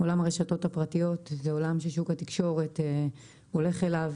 עולם הרשתות הפרטיות זה עולם ששוק התקשורת הולך אליו